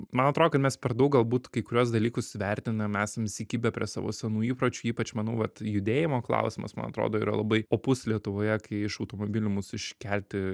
man atrodo kad mes per daug galbūt kai kuriuos dalykus vertinam esam įsikibę prie savo senų įpročių ypač manau vat judėjimo klausimas man atrodo yra labai opus lietuvoje kai iš automobilių mus iškelti